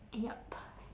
yup